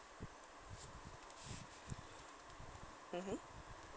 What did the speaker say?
mmhmm